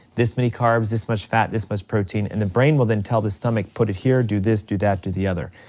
this many carbs, this much fat, this much protein, and the brain will then tell the stomach, put it here, do this, do that, do the other.